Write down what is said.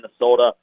Minnesota